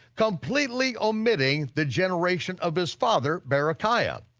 completely omitting the generation of his father berechiah.